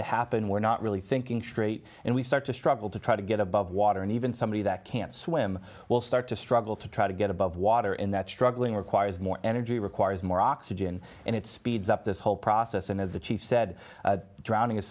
to happen we're not really thinking straight and we start to struggle to try to get above water and even somebody that can't swim will start to struggle to try to get above water in that struggling requires more energy requires more oxygen and it speeds up this whole process and as the chief said drowning